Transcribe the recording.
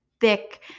thick